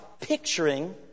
picturing